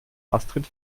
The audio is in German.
astrid